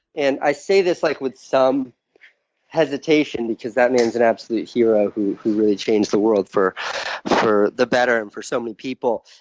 and i say this like with some hesitation, because that man's an absolute hero who who really changed the world for for the better and for so many people.